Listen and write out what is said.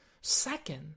Second